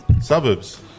Suburbs